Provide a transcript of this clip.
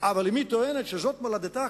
אבל אם היא טוענת שזאת מולדתה,